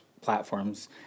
platforms